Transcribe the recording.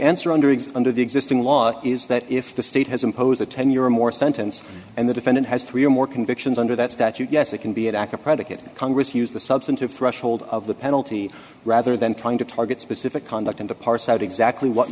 answer under it under the existing law is that if the state has imposed a ten year or more sentence and the defendant has three or more convictions under that statute yes it can be at ak a predicate congress used the substantive threshold of the penalty rather than trying to target specific conduct and to parse out exactly what